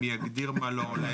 מי יגדיר מה לא הולם?